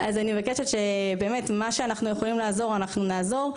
מבקשת שבמה שאנחנו יכולים לעזור, אנחנו נעזור.